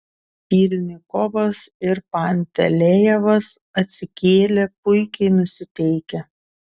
pylnikovas ir pantelejevas atsikėlė puikiai nusiteikę